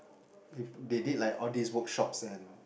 they they did like all these workshops and